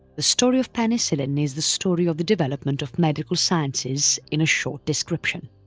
the story of penicillin is the story of the development of medical sciences in a short description.